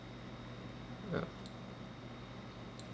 ya